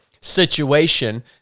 situation